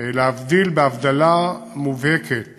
להבדיל הבדלה מובהקת